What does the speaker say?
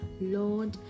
Lord